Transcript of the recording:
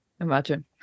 Imagine